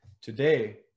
Today